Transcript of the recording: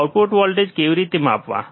output voltage કેવી રીતે માપવા